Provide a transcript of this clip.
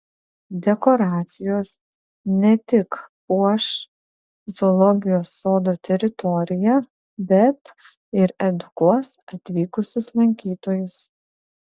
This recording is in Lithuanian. dekoracijos ne tik puoš zoologijos sodo teritoriją bet ir edukuos atvykusius lankytojus